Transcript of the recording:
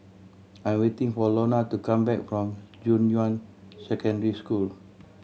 I'm waiting for Lona to come back from Junyuan Secondary School